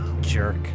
jerk